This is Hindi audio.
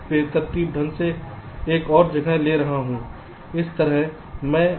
मैं बेतरतीब ढंग से एक और जगह ले रहा हूं